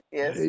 yes